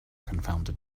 confounded